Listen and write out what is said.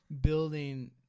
building